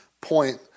point